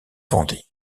vendée